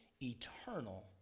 eternal